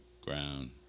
ground